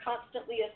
constantly